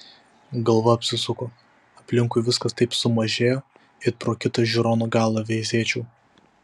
galva apsisuko aplinkui viskas taip sumažėjo it pro kitą žiūrono galą veizėčiau